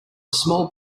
small